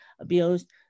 abused